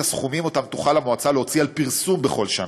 הסכומים שתוכל המועצה להוציא על פרסום בכל שנה.